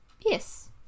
yes